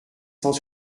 cent